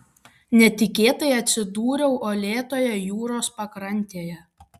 netikėtai atsidūriau uolėtoje jūros pakrantėje